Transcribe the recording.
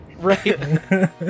right